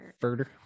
Further